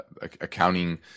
accounting